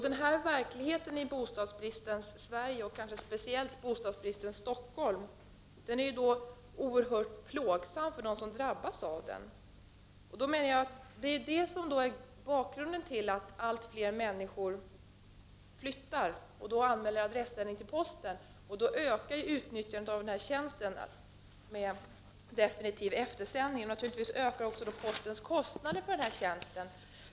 Den här verkligheten i bostadsbristens Sverige, och kanske speciellt i bostadsbristens Stockholm, är oerhört plågsam för dem som drabbas. Detta är orsaken till att allt fler människor flyttar med påföljd att adressändring anmäls till posten. Därmed ökar utnyttjandet av definitiv eftersändning liksom naturligtvis också postens kostnader för den tjänsten.